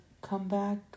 comeback